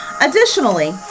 Additionally